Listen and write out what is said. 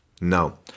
No